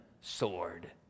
sword